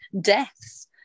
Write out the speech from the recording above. deaths